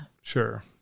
Sure